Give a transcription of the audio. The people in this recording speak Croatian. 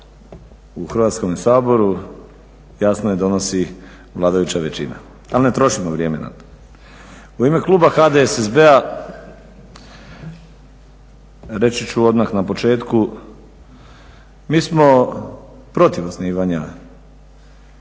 u Hrvatskom saboru jasno je donosi vladajuća većina. Ali ne trošimo vrijeme na to. U ime kluba HDSSB-a reći ću odmah na početku, mi smo protiv osnivanja